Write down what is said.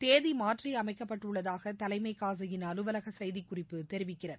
தேதி மாற்றியமைக்கப்பட்டுள்ளதாக தலைமை காஸி யின் அலுவலக செய்திக்குறிப்பு தெரிவிக்கிறது